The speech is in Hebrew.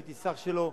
הייתי שר שלו.